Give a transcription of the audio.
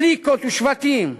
קליקות ושבטים.